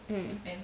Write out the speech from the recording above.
mm